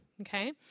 Okay